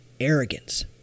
arrogance